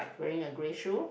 wearing a grey shoe